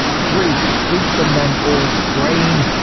three. take from them all the grain.